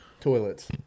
Toilets